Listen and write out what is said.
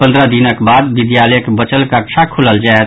पन्द्रह दिनक बाद विद्यालयक बचल कक्षा खोलल जायत